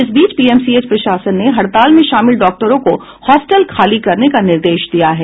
इस बीच पीएमसीएच प्रशासन ने हड़ताल में शामिल डॉक्टरों को हॉस्टल खाली करने का निर्देश दिया है